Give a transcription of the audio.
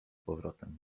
powrotem